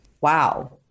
Wow